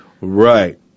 Right